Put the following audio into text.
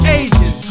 ages